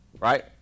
right